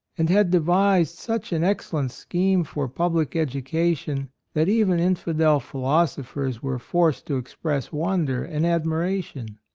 and had devised such an excellent scheme for public education that even infidel philosophers were forced to express wonder and admira tion.